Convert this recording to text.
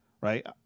right